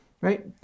right